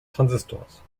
transistors